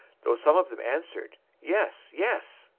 though some of them answered, yes, yes.